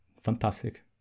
Fantastic